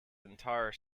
entire